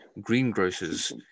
greengrocer's